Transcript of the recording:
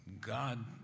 God